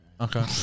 Okay